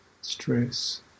stress